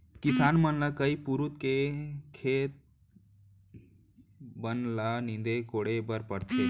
किसान मन ल कई पुरूत खेत के बन ल नींदे कोड़े बर परथे